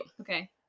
Okay